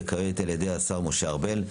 וכעת על-ידי השר משה ארבל,